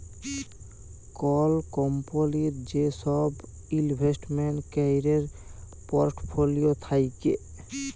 call কম্পলির যে সব ইলভেস্টমেন্ট ক্যরের পর্টফোলিও থাক্যে